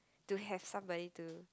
to have somebody to